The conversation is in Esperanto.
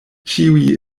ĉiuj